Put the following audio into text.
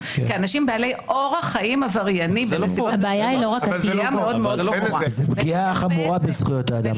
כאנשים בעלי אורח חיים עברייני- -- זה פגיעה חמורה בזכויות האדם.